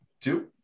Two